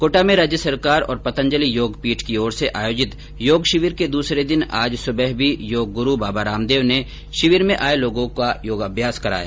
कोटा में राज्य सरकार और पंतजलि योग पीठ की ओर से आयोजित योग शिविर के दूसरे दिन आज सुबह भी योग गुरू बाबा रामदेव ने शिविर में आये लोगों को योगाभ्यास कराया